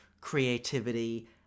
creativity